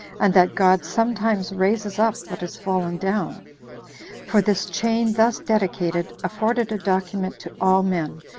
and that god sometimes raises up what is fallen down for this chain thus dedicated afforded a document to all men,